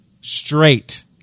Straight